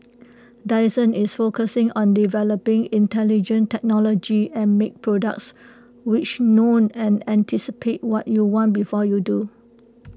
Dyson is focusing on developing intelligent technology and make products which know and anticipate what you want before you do